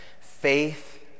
faith